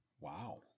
wow